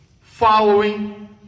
following